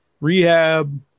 rehab